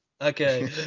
Okay